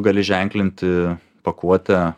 gali ženklinti pakuotę